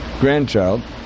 grandchild